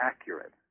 accurate